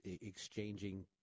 exchanging